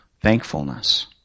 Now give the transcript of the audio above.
thankfulness